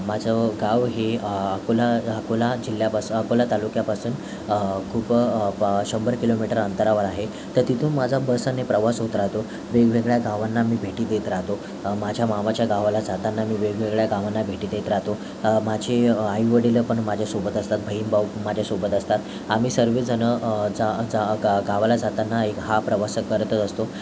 माझं गाव हे अकोला अकोला जिल्ह्यापासू अकोला तालुक्यापासून खूप प शंभर किलोमीटर अंतरावर आहे त तिथून माझा बसने प्रवास होत राहतो वेगवेगळ्या गावांना मी भेटी देत राहतो माझ्या मामाच्या गावाला जाताना मी वेगवेगळ्या गावांना भेटी देत राहतो माझे आईवडील पण माझ्यासोबत असतात बहीणभाऊ माझ्यासोबत असतात आम्ही सर्वजण जा जा गा गावाला जाताना हे हा प्रवास करतच असतो